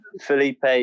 Felipe